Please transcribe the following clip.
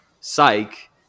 psych